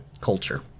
culture